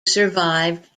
survived